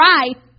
right